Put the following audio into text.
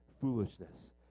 foolishness